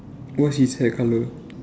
what's his hair colour